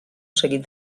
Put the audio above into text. seguit